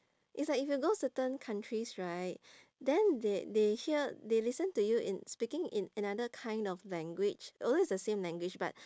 it's like if you go certain countries right then they they hear they listen to you in speaking in another kind of language although it's the same language but